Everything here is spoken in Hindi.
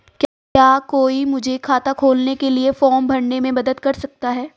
क्या कोई मुझे खाता खोलने के लिए फॉर्म भरने में मदद कर सकता है?